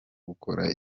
gukora